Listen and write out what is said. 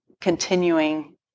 continuing